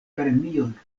premion